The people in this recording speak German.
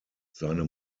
seine